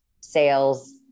sales